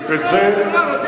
זה לא מלחמה בטרור,